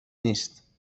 نیست